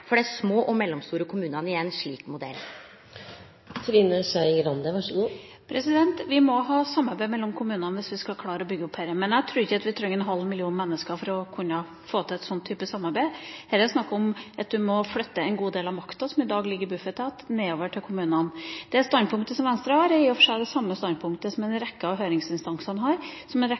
for dei små og mellomstore kommunane i ein slik modell? Vi må ha samarbeid mellom kommunene hvis vi skal klare å bygge opp dette. Men jeg tror ikke at vi trenger en halv million mennesker for å kunne få til en sånn type samarbeid. Her er det snakk om å flytte en god del av makta som i dag ligger i Bufetat, nedover til kommunene. Det standpunktet som Venstre har, er i og for seg det samme standpunktet som en rekke av høringsinstansene har, og som en rekke